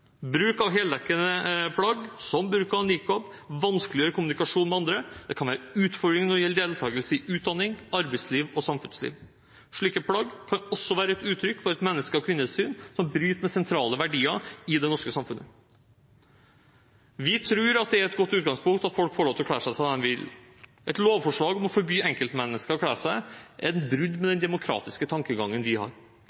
Bruk av heldekkende plagg, som burka og niqab, vanskeliggjør kommunikasjon med andre, det kan være utfordrende når det gjelder deltakelse i utdanning, arbeidsliv og samfunnsliv. Slike plagg kan også være et uttrykk for et menneske- og kvinnesyn som bryter med sentrale verdier i det norske samfunnet. Vi tror det er et godt utgangspunkt at folk får lov til å kle seg som de vil. Et lovforslag om å forby enkeltmennesker dette, er et brudd på den demokratiske tankegangen vi har.